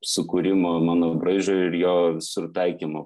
sukūrimo mano braižo ir jo visur taikymo